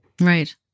Right